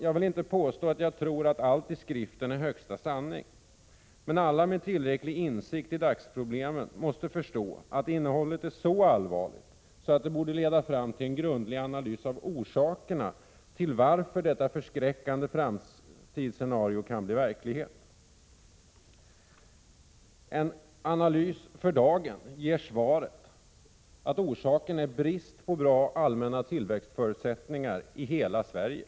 Jag vill inte påstå att jag tror att allt i den nämnda skriften är högsta sanning, men alla med tillräcklig insikt i dagsproblemen måste förstå att innehållet är så allvarligt att det borde leda fram till en grundlig analys av orsakerna till att detta förskräckande framtidsscenario kan bli verklighet. En analys för dagen ger svaret att orsaken är brist på bra allmänna tillväxtförutsättningar i hela Sverige.